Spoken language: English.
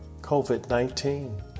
COVID-19